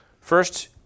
First